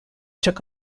took